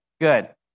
good